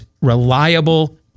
reliable